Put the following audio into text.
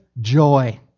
joy